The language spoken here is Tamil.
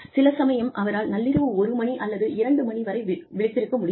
சில சமயம் அவரால் நள்ளிரவு ஒரு மணி அல்லது இரண்டு மணி வரை விழித்திருக்க முடியும்